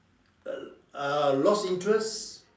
uh lost interest